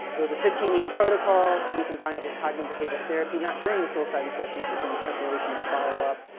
it was a fifteen week protocol. we combined it with cognitive behavioral therapy, not during the psilocybin sessions, but during the preparation and follow up.